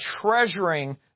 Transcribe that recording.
treasuring